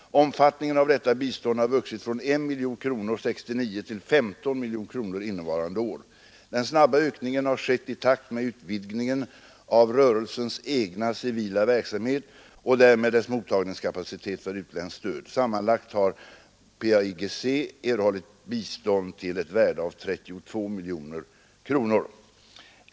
Omfattningen av detta bistånd har vuxit från 1 miljon kronor år 1969 till 15 miljoner kronor innevarande år. Den snabba ökningen har skett i takt med utvidgningen av rörelsens egen civila verksamhet och därmed dess mottagningskapacitet för utländskt stöd. Sammanlagt har PAIGC erhållit bistånd till ett värde av 32 miljoner kronor.